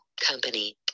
company